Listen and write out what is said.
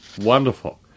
Wonderful